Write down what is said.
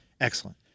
Excellent